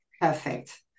Perfect